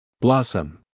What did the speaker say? Blossom